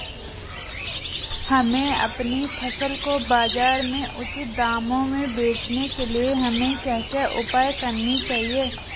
हमें अपनी फसल को बाज़ार में उचित दामों में बेचने के लिए हमें क्या क्या उपाय करने चाहिए?